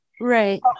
Right